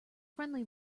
friendly